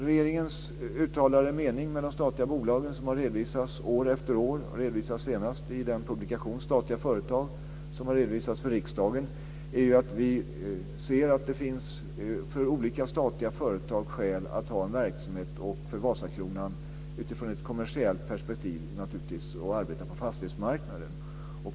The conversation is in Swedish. Regeringens uttalade mening vad gäller de statliga bolagen som har redovisats år efter år - senast i publikationen Statliga företag som har redovisats för riksdagen - är att vi ser att det för olika statliga företag finns skäl att ha en verksamhet och för Vasakronan utifrån ett kommersiellt perspektiv naturligtvis att arbeta på fastighetsmarknaden.